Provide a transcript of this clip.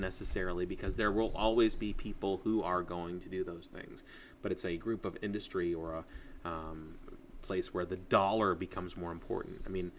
necessarily because there will always be people who are going to do those things but it's a group of industry or a place where the dollar becomes more important i mean